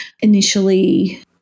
initially –